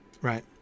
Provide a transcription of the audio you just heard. right